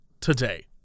today